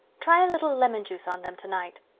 try a little lemon juice on them tonight.